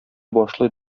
башлы